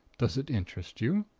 does it interest you?